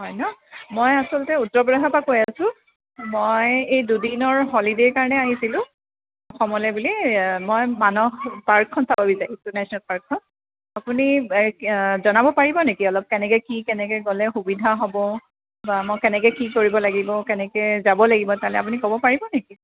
হয় ন মই আছলতে উত্তৰ প্ৰদেশৰ পৰা কৈ আছোঁ মই এই দুদিনৰ হলিডে'ৰ কাৰণে আহিছিলোঁ অসমলৈ বুলি মই মানস পাৰ্কখন চাব বিচাৰিছোঁ নেশ্যনেল পাৰ্কখন আপুনি জনাব পাৰিব নেকি অলপ কেনেকৈ কি কেনেকৈ গ'লে সুবিধা হ'ব বা মই কেনেকৈ কি কৰিব লাগিব কেনেকৈ যাব লাগিব তালৈ আপুনি ক'ব পাৰিব নি